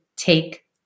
take